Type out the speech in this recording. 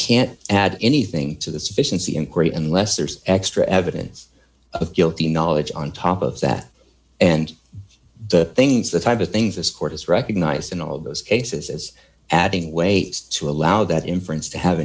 can't add anything to the sufficiency inquiry unless there's extra evidence of guilty knowledge on top of that and the things the type of things this court has recognized in all those cases adding weight to allow that inference to have